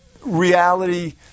reality